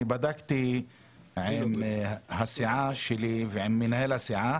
בדקתי עם הסיעה שלי ועם מנהל הסיעה,